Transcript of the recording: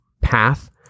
path